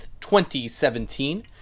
2017